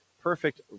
Perfect